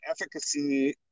efficacy